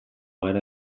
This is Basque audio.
gara